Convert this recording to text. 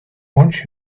wants